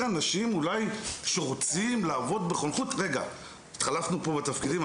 אנשים אולי שרוצים לעבוד בחונכות?' התחלפנו פה בתפקידים?